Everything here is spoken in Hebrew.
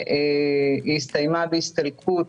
והיא הסתיימה בהסתלקות